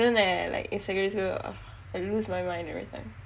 I couldn't leh like in secondary school I lose my mind everytime